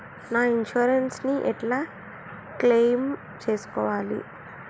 నా ఇన్సూరెన్స్ ని ఎట్ల క్లెయిమ్ చేస్కోవాలి?